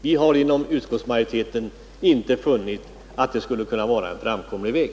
Vi har inom utskottsmajoriteten inte funnit att det skulle vara en framkomlig väg.